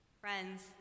Friends